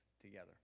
together